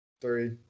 Three